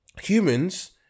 Humans